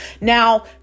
Now